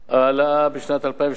ההעלאה בשנת 2012,